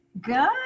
Good